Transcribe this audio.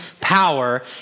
power